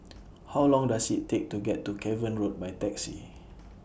How Long Does IT Take to get to Cavan Road By Taxi